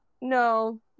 no